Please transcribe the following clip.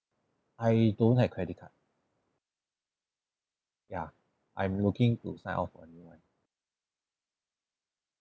I don't have credit card yeah I'm looking to sign up